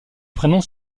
prénoms